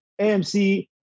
AMC